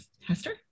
Hester